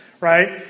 right